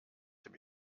dem